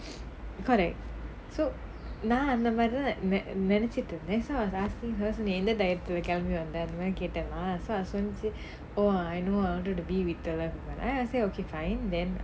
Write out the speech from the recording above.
correct so நான் அந்த மாரி தான் நினைச்சிட்டு இருந்தேன்:naan antha maari thaan ninaichittu irunthaen that's why I was asking her என்ன தைரியத்துல கெளம்பி வந்த அந்த மாறி கேட்டேன்:enna thairiyathula kelambi vantha antha maari kettaen oh I know I wanted to be with அது சொல்லிச்சி:athu sollichi I said okay fine then